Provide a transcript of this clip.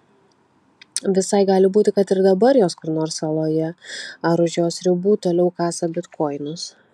visai gali būti kad ir dabar jos kur nors saloje ar už jos ribų toliau kasa bitkoinus